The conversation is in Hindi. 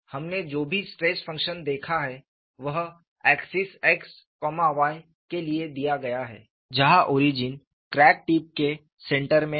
हमने जो भी स्ट्रेस फंक्शन देखा है वह एक्सिस x y के लिए दिया गया है जहां ओरिजिन क्रैक टिप के सेंटर में है